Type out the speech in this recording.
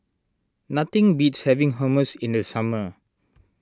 nothing beats having Hummus in the summer